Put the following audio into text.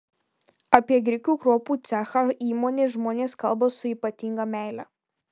apie grikių kruopų cechą įmonės žmonės kalba su ypatinga meile